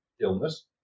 illness